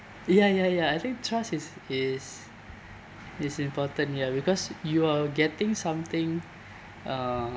ya ya ya I think trust is is is important here because you're getting something uh